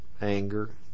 anger